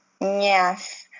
Yes